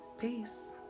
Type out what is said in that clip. Peace